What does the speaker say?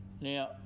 Now